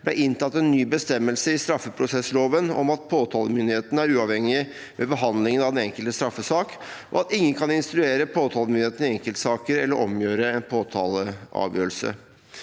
ble inntatt en ny bestemmelse i straffeprosessloven om at påtalemyndigheten er uavhengig ved behandlingen av den enkelte straffesak, og at ingen kan instruere påtalemyndigheten i enkeltsaker eller omgjøre en påtaleavgjørelse.